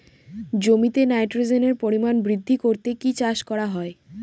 জমিতে নাইট্রোজেনের পরিমাণ বৃদ্ধি করতে কি চাষ করা হয়?